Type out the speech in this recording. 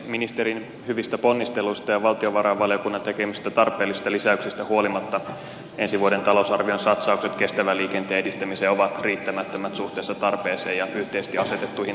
ministerin hyvistä ponnisteluista ja valtiovarainvaliokunnan tekemistä tarpeellisista lisäyksistä huolimatta ensi vuoden talousarvion satsaukset kestävän liikenteen edistämiseen ovat riittämättömät suhteessa tarpeeseen ja yhteisesti asetettuihin tavoitteisiin